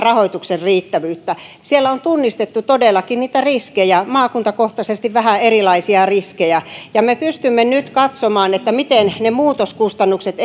rahoituksen riittävyyttä että siellä on tunnistettu todellakin niitä riskejä maakuntakohtaisesti vähän erilaisia riskejä ja me pystymme nyt katsomaan miten ne muutoskustannukset